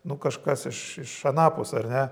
nu kažkas iš iš anapus ar ne